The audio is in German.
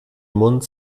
mund